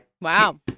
wow